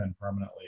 permanently